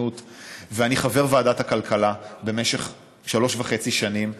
ואני חבר ועדת הכלכלה במשך שלוש וחצי שנים,